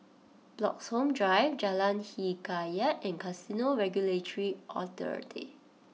Bloxhome Drive Jalan Hikayat and Casino Regulatory Authority